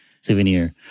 souvenir